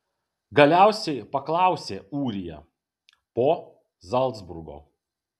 galiausiai paklausė ūrija po zalcburgo